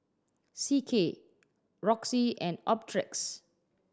C K Roxy and Optrex